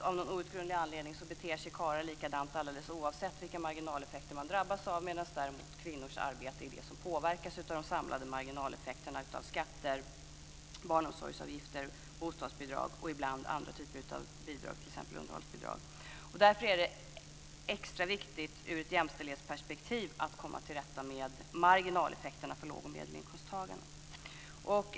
Av någon outgrundlig anledning beter sig karlar likadant alldeles oavsett vilka marginaleffekter man drabbas av, medan däremot kvinnors arbete är det som påverkas av de samlade marginaleffekterna av skatter, barnomsorgsavgifter, bostadsbidrag och ibland andra typer av bidrag, t.ex. underhållsbidrag. Därför är det extra viktigt ur ett jämställdhetsperspektiv att komma till rätta med marginaleffekterna för låg och medelinkomsttagarna.